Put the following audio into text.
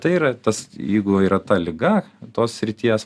tai yra tas jeigu yra ta liga tos srities